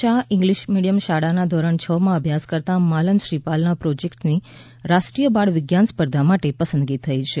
Shah English medium શાળાના ધોરણ છમાં અભ્યાસ કરતાં માલન શ્રીપાલના પ્રોજેક્ટની રાષ્ટ્રીય બાળ વિજ્ઞાન સ્પર્ધા માટે પસંદગી થઈ છે